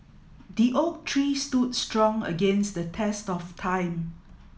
the oak tree stood strong against the test of time